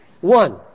One